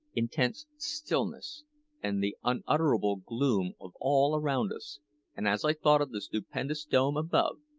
intense stillness and the unutterable gloom of all around us and as i thought of the stupendous dome above,